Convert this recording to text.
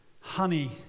honey